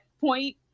point